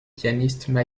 pianiste